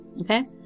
Okay